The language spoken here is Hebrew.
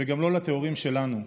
וגם לא לטהורים שלנו.